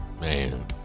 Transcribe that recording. man